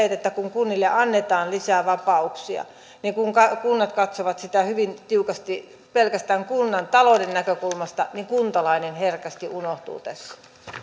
että kun kunnille annetaan lisää vapauksia kun kunnat katsovat sitä hyvin tiukasti pelkästään kunnan talouden näkökulmasta niin kuntalainen herkästi unohtuu tässä